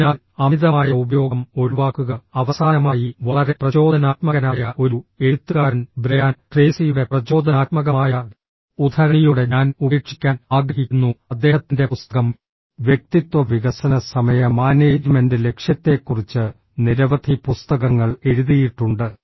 അതിനാൽ അമിതമായ ഉപയോഗം ഒഴിവാക്കുക അവസാനമായി വളരെ പ്രചോദനാത്മകനായ ഒരു എഴുത്തുകാരൻ ബ്രയാൻ ട്രേസിയുടെ പ്രചോദനാത്മകമായ ഉദ്ധരണിയോടെ ഞാൻ ഉപേക്ഷിക്കാൻ ആഗ്രഹിക്കുന്നു അദ്ദേഹത്തിന്റെ പുസ്തകം വ്യക്തിത്വ വികസന സമയ മാനേജ്മെന്റ് ലക്ഷ്യത്തെക്കുറിച്ച് നിരവധി പുസ്തകങ്ങൾ എഴുതിയിട്ടുണ്ട്